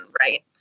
right